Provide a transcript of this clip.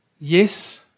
yes